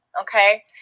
okay